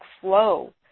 flow